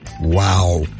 Wow